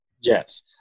Yes